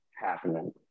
happening